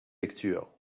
lecture